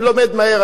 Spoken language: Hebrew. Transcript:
אני לומד מהר,